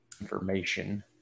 information